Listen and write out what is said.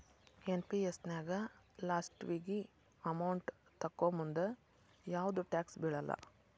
NPS ನ್ಯಾಗ ಲಾಸ್ಟಿಗಿ amount ತೊಕ್ಕೋಮುಂದ ಯಾವ್ದು ಟ್ಯಾಕ್ಸ್ ಬೇಳಲ್ಲ